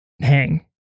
hang